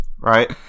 right